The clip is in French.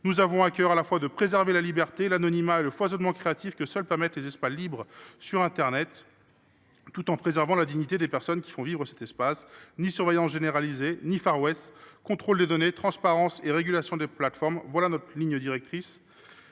Nous avons à cœur de préserver à la fois la liberté, l’anonymat et le foisonnement créatif que seuls permettent les espaces libres sur internet, tout en préservant la dignité des personnes qui le font vivre. Ni surveillance généralisée ni Far West, mais contrôle des données et transparence et régulation des plateformes : voilà notre ligne directrice.